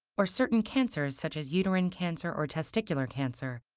or certain cancers such as uterine cancer or testicular cancer,